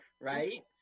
right